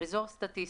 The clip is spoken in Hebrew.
"אזור סטטיסטי"